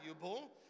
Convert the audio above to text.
valuable